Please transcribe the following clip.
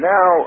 Now